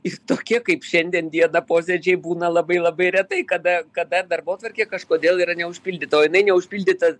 ir tokie kaip šiandien dieną posėdžiai būna labai labai retai kada kada darbotvarkė kažkodėl yra neužpildyta o jinai neužpildyta